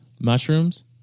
Mushrooms